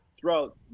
throughout